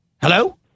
Hello